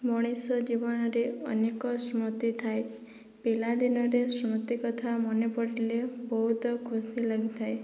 ମଣିଷ ଜୀବନରେ ଅନେକ ସ୍ମୃତି ଥାଏ ପିଲା ଦିନରେ ସ୍ମୃତି କଥା ମନେ ପଡ଼ିଲେ ବହୁତ ଖୁସି ଲାଗିଥାଏ